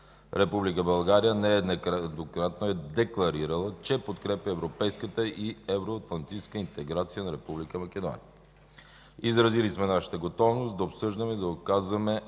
България нееднократно е декларирала, че подкрепя европейската и евроатлантическата интеграция на Република Македония. Изразили сме нашата готовност да обсъждаме и да оказваме